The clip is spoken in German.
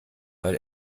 weil